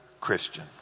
Christian